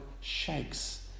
shakes